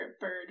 bird